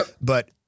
but-